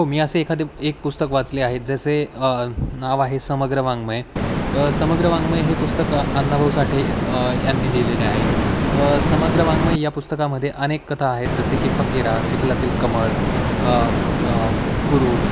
हो मी असे एखादे एक पुस्तक वाचले आहेत जसे नाव आहे समग्र वाङ्मय समग्र वाङ्मय हे पुस्तक अण्णाभाऊ साठे यांनी लिहिलेले आहे समग्र वाङ्मय या पुस्तकामध्ये अनेक कथा आहेत जसे की फकिरा चिखलातील कमळ कुरूप